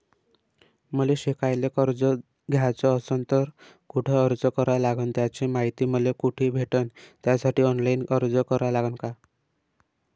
मले शिकायले कर्ज घ्याच असन तर कुठ अर्ज करा लागन त्याची मायती मले कुठी भेटन त्यासाठी ऑनलाईन अर्ज करा लागन का?